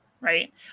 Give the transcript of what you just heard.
Right